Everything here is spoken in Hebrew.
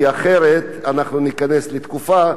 כי אחרת אנחנו ניכנס לתקופה,